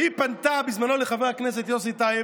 והיא פנתה בזמנו לחבר הכנסת יוסי טייב,